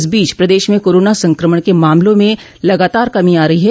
इस बीच प्रदेश में कोरोना संक्रमण के मामलों में लगातार कमी आ रही है